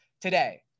today